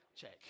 check